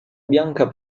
bianca